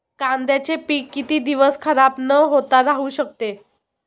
कांद्याचे पीक किती दिवस खराब न होता राहू शकते?